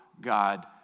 God